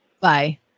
Bye